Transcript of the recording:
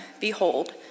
Behold